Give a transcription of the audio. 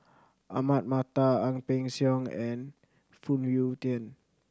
Ahmad Mattar Ang Peng Siong and Phoon Yew Tien